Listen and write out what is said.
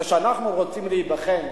כשאנחנו רוצים להיבחן,